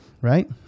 right